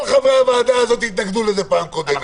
כל חברי הוועדה הזאת התנגדו לזה בפעם הקודמת.